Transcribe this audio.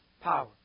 power